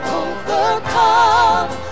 overcome